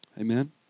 Amen